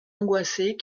angoissée